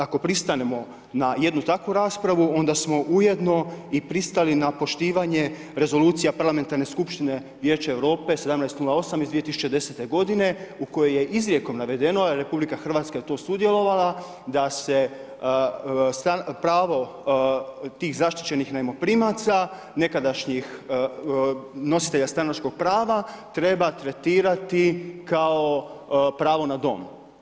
Ako pristanemo na jednu takvu raspravu, onda smo ujedno i pristali na poštivanje rezolucija parlamentarne skupštine Vijeća Europe 1708 iz 2010. godine u kojoj je izrijekom navedeno, RH je tu sudjelovala, da se pravo tih zaštićenih najmoprimaca, nekadašnjih nositelja stanarskog prava, treba tretirati kao pravo na dom.